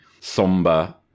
somber